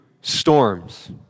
storms